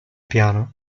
piano